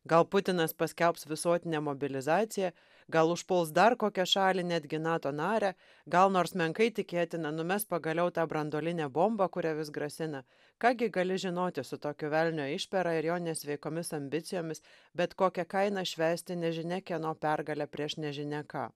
gal putinas paskelbs visuotinę mobilizaciją gal užpuls dar kokią šalį netgi nato narę gal nors menkai tikėtina numes pagaliau tą branduolinę bombą kuria vis grasina ką gi gali žinoti su tokiu velnio išpera ir jo nesveikomis ambicijomis bet kokia kaina švęsti nežinia kieno pergalę prieš nežinia ką